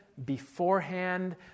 beforehand